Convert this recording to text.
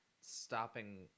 stopping